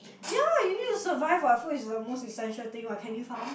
ya you need to survive what food is the most essential thing what can you farm